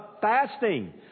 fasting